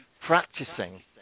practicing